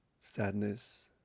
sadness